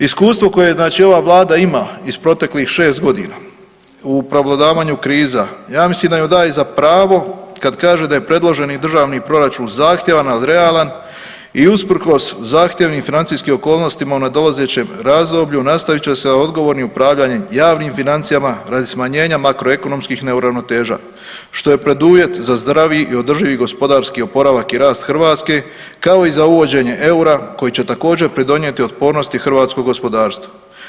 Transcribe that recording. Iskustvo koje znači ova Vlada ima iz proteklih 6 godina, u prevladavanju kriza, ja mislim da joj daje za pravo kad kaže da je predloženi državni Proračun zahtjeva, al realan, i usprkos zahtjevnim financijskim okolnostima u nadolazećem razdoblju, nastavit će sa odgovornim upravljanjem javnim financijama radi smanjenja makroekonomskih neravnoteža, što je preduvjet za zdraviji i održivi gospodarski oporavak i rast Hrvatske kao i za uvođenje eura koji će također pridonijeti otpornosti hrvatskog gospodarstva.